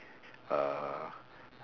uh